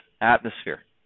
atmosphere